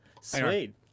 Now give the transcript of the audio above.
Sweet